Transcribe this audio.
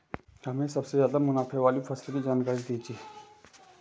हमें सबसे ज़्यादा मुनाफे वाली फसल की जानकारी दीजिए